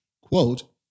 Quote